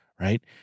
right